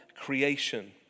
creation